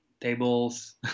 tables